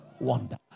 Wonder